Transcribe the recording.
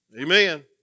Amen